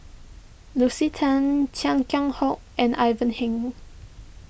Lucy Tan Chia Keng Hock and Ivan Heng